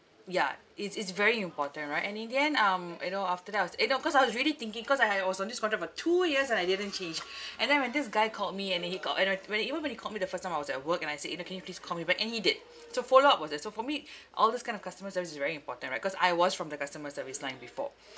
ya it's it's very important right and in the end um you know after that I was eh you know cause I was really thinking cause I I was on this contract for two years I didn't change and then when this guy called me and then he got and uh when uh even when he called me the first time I was at work and I said you know can you please call me back and he did so follow up was there so for me all this kind of customer service is very important right cause I was from the customer service line before